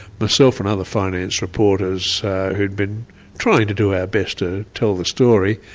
myself and other finance reporters who'd been trying to do our best to tell the story,